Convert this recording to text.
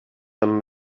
them